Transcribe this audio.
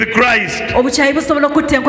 Christ